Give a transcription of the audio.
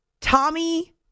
Tommy